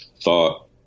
Thought